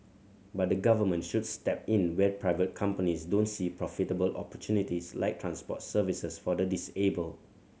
but the Government should step in where private companies don't see profitable opportunities like transport services for the disabled